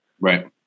Right